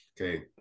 Okay